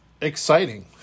exciting